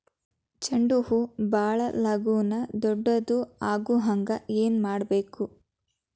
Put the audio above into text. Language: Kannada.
ಚಂಡ ಹೂ ಭಾಳ ಲಗೂನ ದೊಡ್ಡದು ಆಗುಹಂಗ್ ಏನ್ ಮಾಡ್ಬೇಕು?